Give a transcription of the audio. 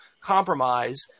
compromise